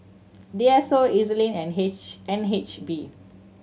D S O E Z Link and H N H B